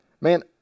Man